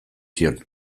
zion